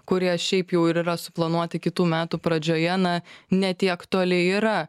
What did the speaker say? kurie šiaip jau ir yra suplanuoti kitų metų pradžioje na ne tiek toli yra